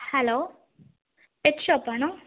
hello pet ഷോപ്പാണോ